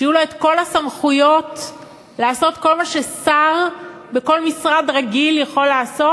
שיהיו לו כל הסמכויות לעשות כל מה ששר בכל משרד רגיל יכול לעשות.